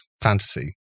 fantasy